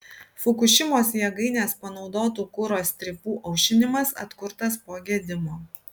fukušimos jėgainės panaudotų kuro strypų aušinimas atkurtas po gedimo